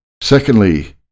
Secondly